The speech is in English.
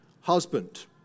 husband